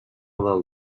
del